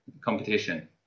competition